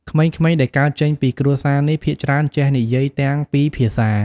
ក្មេងៗដែលកើតចេញពីគ្រួសារនេះ ភាគច្រើនចេះនិយាយទាំងពីរភាសា។